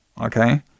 Okay